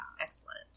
Excellent